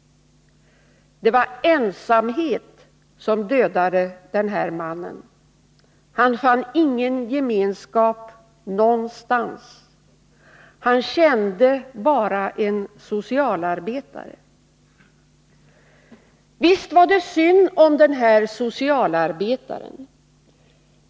Det var ensamhet som dödade den här mannen. Han fann ingen gemenskap någonstans. Han kände bara en socialarbetare. Visst var det synd om den här socialarbetaren.